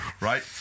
Right